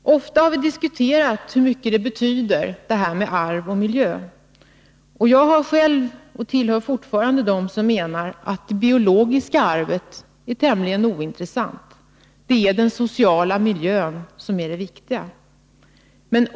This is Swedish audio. Ofta har vi diskuterat hur mycket det här med arv och miljö betyder. Jag tillhör själv fortfarande dem som menar att det biologiska arvet är tämligen ointressant, det är den sociala miljön som är det viktiga.